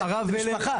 זה משפחה.